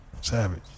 Savage